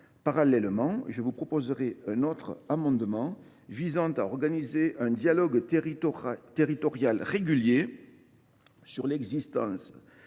Parallèlement, je vous proposerai un autre amendement visant à organiser un dialogue territorial régulier sur l’exercice